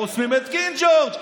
חוסמים את קינג ג'ורג'.